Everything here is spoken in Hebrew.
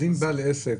אז אם בעל עסק,